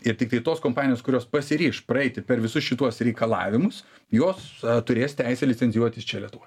ir tiktai tos kompanijos kurios pasiryš praeiti per visus šituos reikalavimus jos turės teisę licenzijuotis čia lietuvoj